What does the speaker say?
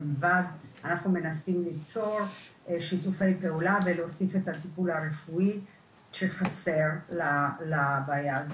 אנחנו מנסים ליצור שיתופי פעולה ולהוסיף את הטיפולים שחסרים לבעיה הזאת.